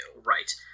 Right